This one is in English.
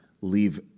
leave